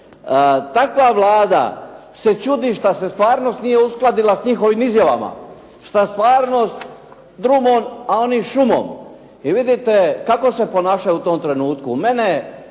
Takva Vlada se čudi što se stvarnost nije uskladila s njihovim izjavama, što stvarnost drumom, a oni šumom. I vidite kako se ponašaju u tom trenutku.